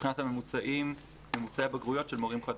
מבחינת ממוצעי הבגרויות של מורים חדשים.